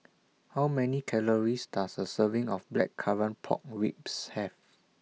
How Many Calories Does A Serving of Blackcurrant Pork Ribs Have